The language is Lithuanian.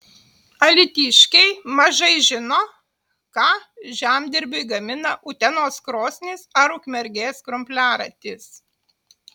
alytiškiai mažai žino ką žemdirbiui gamina utenos krosnys ar ukmergės krumpliaratis